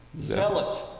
zealot